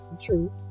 True